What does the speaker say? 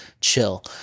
Chill